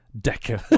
Decker